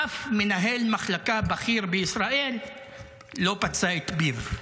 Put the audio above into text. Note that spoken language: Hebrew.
ואף מנהל מחלקה בכיר בישראל לא פצה את פיו.